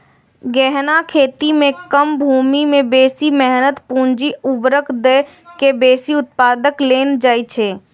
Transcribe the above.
गहन खेती मे कम भूमि मे बेसी मेहनत, पूंजी, उर्वरक दए के बेसी उत्पादन लेल जाइ छै